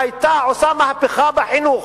שהיתה עושה מהפכה בחינוך: